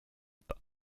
pas